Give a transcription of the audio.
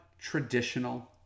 traditional